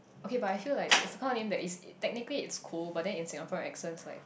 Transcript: okay but I feel like this kind of name technically it's cool but then in Singapore accent like